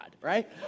Right